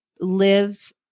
live